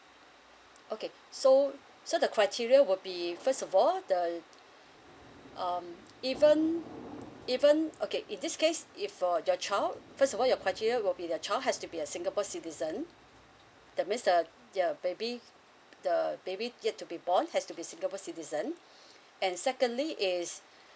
okay so so the criteria would be first of all the um even even okay in this case if for your child first of all your criteria would be the child has to be a singapore citizen that means uh your baby the baby yet to be born has to be singapore citizens and secondly is